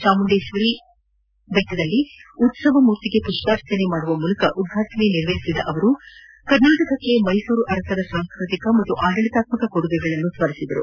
ಚಾಮುಂಡೇಶ್ವರಿ ಉತ್ತವ ಮೂರ್ತಿಗೆ ಪುಷ್ಪಾರ್ಚನೆ ಮಾಡುವ ಮೂಲಕ ಉದ್ವಾಟನೆ ನೆರವೇರಿಸಿದ ಅವರು ರಾಜ್ಯಕ್ಷೆ ಮ್ಲೆಸೂರು ಅರಸರ ಸಾಂಸ್ಕೃತಿಕ ಮತ್ತು ಆಡಳಿತಾತ್ತಕ ಕೊಡುಗೆಗಳನ್ನು ಸ್ನರಿಸಿದರು